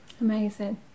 amazing